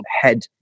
head